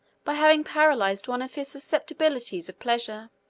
by having paralyzed one of his susceptibilities of pleasure.